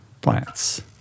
plants